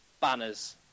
banners